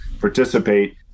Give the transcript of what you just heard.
participate